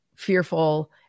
Fearful